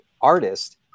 artist